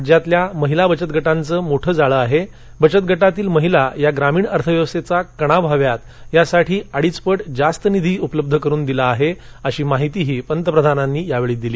राज्यात महिला बचतगटांचं मोठ जाळ आह विचतगटातील महिला या ग्रामीण अर्थव्यवस्थाची कणा व्हाव्यात यासाठी अडीच पट जास्त निधी उपलब्ध करुन दख्यात आला आहा अशी माहिती पंतप्रधानांनी यावर्छी दिली